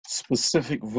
specific